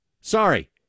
Sorry